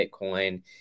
Bitcoin